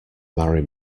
marry